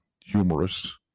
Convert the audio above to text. humorous